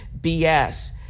BS